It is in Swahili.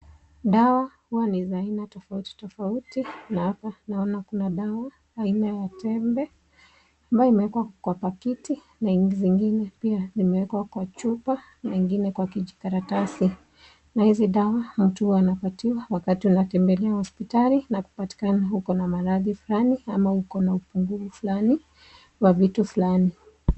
Dawa huwa ni za aina tofauti tofauti. Na hapa naona kuna dawa aina ya tembe ambayo imewekwa kwa pakiti na zingine pia zimewekwa kwa chupa na nyingine kwa kijikaratasi. Na hizi dawa watu wanapatiwa wakati wanatembelea hospitali na kupatikana uko na maradhi fulani ama uko na upungufu fulani wa vitu fulani.